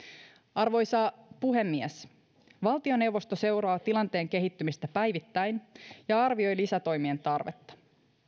arvoisa puhemies valtioneuvosto seuraa tilanteen kehittymistä päivittäin ja arvioi lisätoimien tarvetta